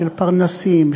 של פרנסים,